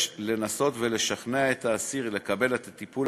יש לנסות ולשכנע את האסיר לקבל את הטיפול